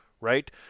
right